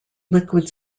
liquid